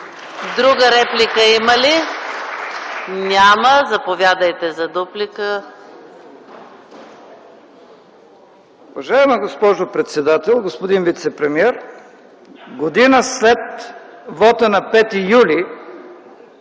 Друга реплика има ли? Няма. Заповядайте за дуплика. ЛЮТВИ МЕСТАН (ДПС): Уважаема госпожо председател, господин вицепремиер! Година след вота на 5 юли,